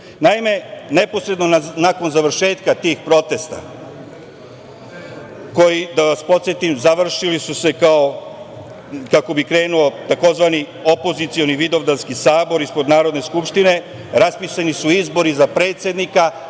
uspona. Naime, neposredno nakon završetka tih protesta, koji su, da vas podsetim, završili kako bi krenuo tzv. opozicioni vidovdanski sabor ispred Narodne skupštine, raspisani su izbori za predsednika,